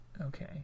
Okay